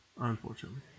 Unfortunately